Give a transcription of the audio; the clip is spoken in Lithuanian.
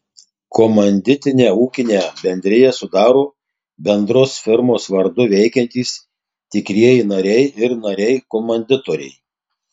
komanditinę ūkinę bendriją sudaro bendros firmos vardu veikiantys tikrieji nariai ir nariai komanditoriai